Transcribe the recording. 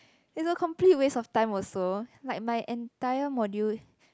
it's a complete waste of time also like my entire module